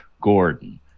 Gordon